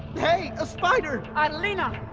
hey a spider i mean um